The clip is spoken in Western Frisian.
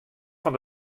fan